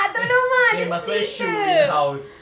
eh then must wear shoe in house